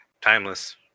Timeless